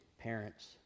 parents